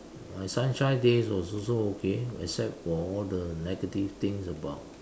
my sunshine days was also okay except for all the negative things about